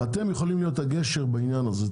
אתם יכולים להיות הגשר בעניין הזה.